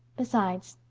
besides,